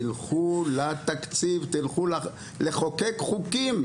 תלכו לתקציב; תלכו לחוקק חוקים.